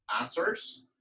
answers